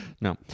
No